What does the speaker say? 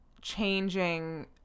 changing